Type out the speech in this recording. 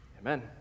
Amen